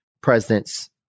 presidents